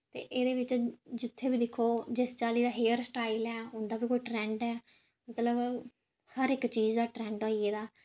ते एहदे बिच्च जित्थें बी दिक्खो जिस चाल्ली दा हेयर स्टाईल ऐ उं'दा बी कोई ट्रैंड ऐ मतलब हर इक चीज़ दा ट्रैंड आई गेदा